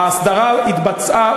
ההסדרה התבצעה,